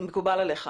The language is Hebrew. מקובל עליך.